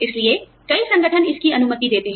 इसलिए कई संगठन इसकी अनुमति देते हैं